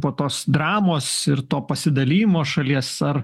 po tos dramos ir to pasidalijimo šalies ar